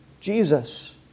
Jesus